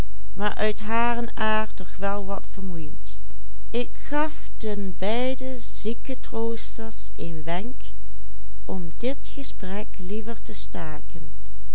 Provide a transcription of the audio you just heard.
zieketroosters een wenk om dit gesprek liever te staken